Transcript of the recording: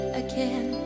again